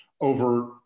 over